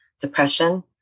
depression